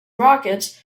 rockets